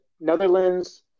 netherlands